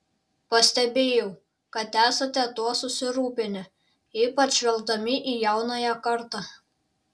pastebėjau kad esate tuo susirūpinę ypač žvelgdami į jaunąją kartą